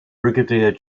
brigadier